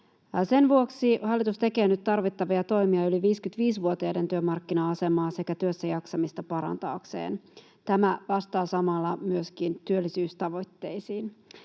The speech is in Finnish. Sen vuoksi hallitus tekee nyt tarvittavia toimia yli 55-vuotiaiden työmarkkina-asemaa sekä työssäjaksamista parantaakseen. Tämä vastaa samalla myöskin työllisyystavoitteisiin.